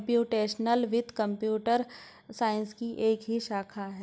computational वित्त computer science की ही एक शाखा है